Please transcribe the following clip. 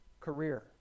career